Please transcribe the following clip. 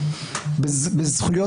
בזכויות